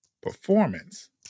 performance